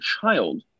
child